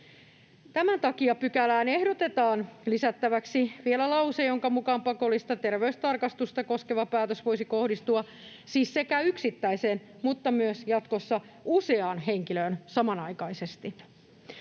Tämän takia pykälään ehdotetaan lisättäväksi vielä lause, jonka mukaan pakollista terveystarkastusta koskeva päätös voisi kohdistua siis sekä yksittäiseen että jatkossa myös useaan henkilöön samanaikaisesti.